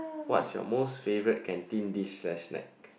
what's your most favourite canteen dish slash snack